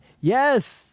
Yes